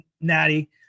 natty